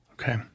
okay